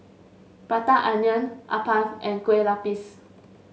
Prata Onion appam and Kue Lupis